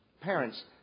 parents